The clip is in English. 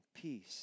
peace